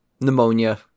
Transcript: Pneumonia